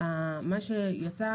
מה שיצא,